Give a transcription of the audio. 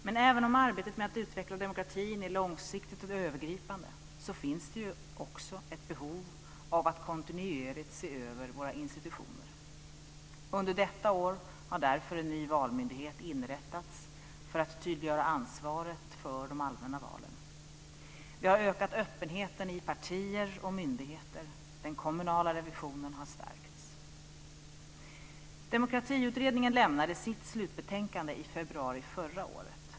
Men även om arbetet med att utveckla demokratin är långsiktigt och övergripande så finns det också ett behov av att kontinuerligt se över våra institutioner. Under detta år har därför en ny valmyndighet inrättats för att tydliggöra ansvaret för de allmänna valen. Vi har ökat öppenheten i partier och myndigheter. Den kommunala revisionen har stärkts. Demokratiutredningen lämnade sitt slutbetänkande i februari förra året.